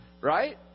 right